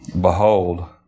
Behold